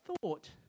thought